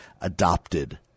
adopted